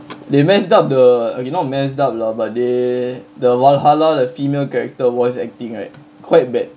they messed up the okay not messed up lah but they the valhalla the female character voice acting right quite bad